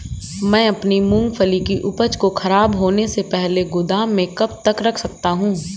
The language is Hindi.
मैं अपनी मूँगफली की उपज को ख़राब होने से पहले गोदाम में कब तक रख सकता हूँ?